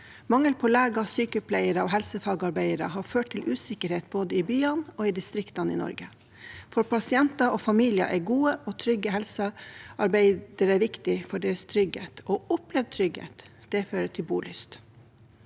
Mangel på leger, sykepleiere og helsefagarbeidere har ført til usikkerhet både i byene og i distriktene i Norge. For pasienter og familier er gode og trygge helsearbeidere viktig for deres trygghet og opplevd trygghet. Det fører til bolyst.